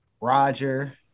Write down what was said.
roger